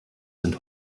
sind